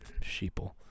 Sheeple